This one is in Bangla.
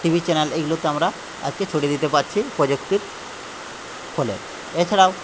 টি ভি চ্যানেল এইগুলোতে আমরা আজকে ছড়িয়ে দিতে পারছি প্রযুক্তির ফলে এছাড়াও